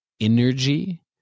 energy